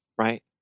right